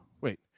Wait